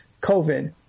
COVID